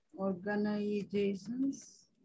Organizations